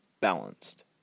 balanced